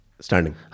standing